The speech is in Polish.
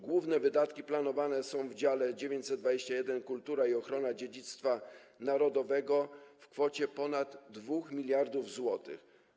Główne wydatki planowane w dziale 921: Kultura i ochrona dziedzictwa narodowego wynoszą ponad 2 mld zł.